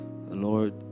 Lord